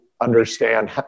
understand